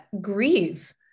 grieve